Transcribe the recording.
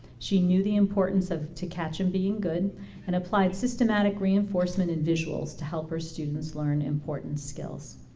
she knew the importance of to catch them being good and apply systematic reinforcement and visuals to help her students learn important skills.